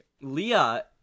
Leah